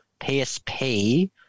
PSP